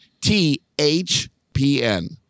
THPN